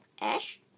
Ash